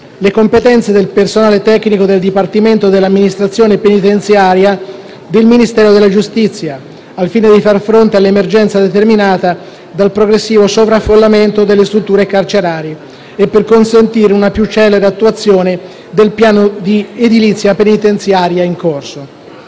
le competenze del personale tecnico del Dipartimento dell'amministrazione penitenziaria del Ministero della giustizia (DAP), al fine di far fronte all'emergenza determinata dal progressivo sovraffollamento delle strutture carcerarie e per consentire una più celere attuazione del piano di edilizia penitenziaria in corso.